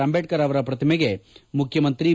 ಅಂಬೇಡ್ಕರ್ ಅವರ ಪ್ರತಿಮೆಗೆ ಮುಖ್ಯಮಂತ್ರಿ ಬಿ